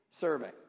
survey